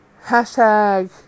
Hashtag